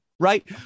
Right